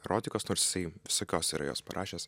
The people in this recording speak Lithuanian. erotikos nors jisai visokios yra jos parašęs